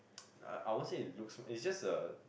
I I won't say it looks it's just a